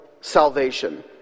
salvation